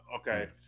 Okay